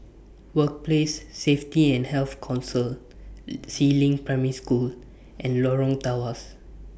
Workplace Safety and Health Council Si Ling Primary School and Lorong Tawas